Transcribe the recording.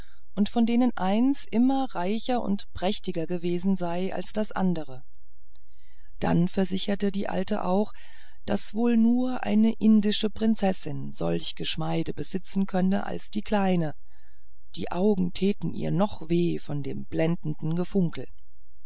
und von denen eins immer reicher und prächtiger gewesen als das andere dann versicherte die alte auch daß wohl nur eine indische prinzessin solch geschmeide besitzen könne als die kleine die augen täten ihr noch weh von dem blendenden gefunkel